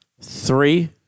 Three